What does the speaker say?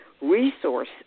resource